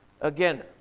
again